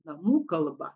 namų kalba